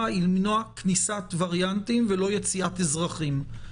היא למנוע כניסת וריאנטים ולא יציאת אזרחים.